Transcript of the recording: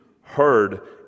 heard